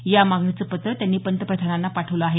या मागणीचं पत्र त्यांनी पंतप्रधानांना पाठवलं आहे